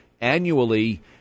annually